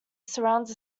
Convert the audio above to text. surrounds